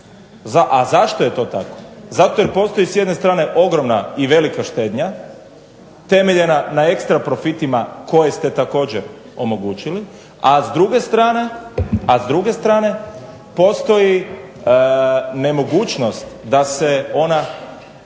a zašto je to tako, zato jer postoji s jedne strane ogromna i velika štednja temeljena na ekstra profitima koje ste također omogućili, a s druge strane postoji nemogućnost da se ona